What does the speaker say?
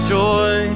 joy